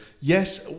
Yes